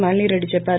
మాలినీ రెడ్డి చెప్పారు